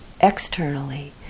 externally